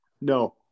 no